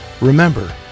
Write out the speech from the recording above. remember